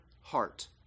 heart